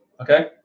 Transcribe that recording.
Okay